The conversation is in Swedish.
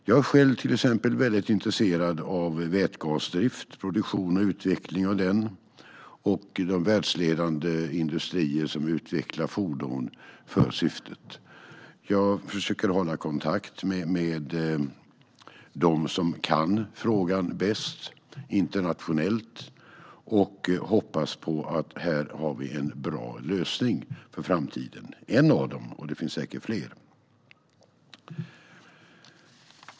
Jag är själv till exempel väldigt intresserad av vätgasdrift och produktion och utveckling av den liksom de världsledande industrier som utvecklar fordon för syftet. Jag försöker hålla kontakt med dem som kan frågan bäst internationellt och hoppas på att vi här har en bra lösning för framtiden - en av dem. Det finns säkert fler.